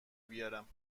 بیارم